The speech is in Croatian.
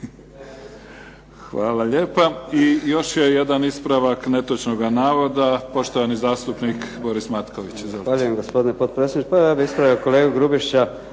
Hvala lijepa. I još je jedan ispravak netočnoga navoda, poštovani zastupnik Boris Matković. Izvolite. **Matković, Borislav